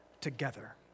together